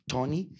Tony